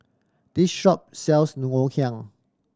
this shop sells Ngoh Hiang